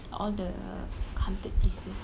all the haunted places